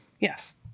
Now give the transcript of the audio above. Yes